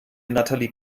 natalie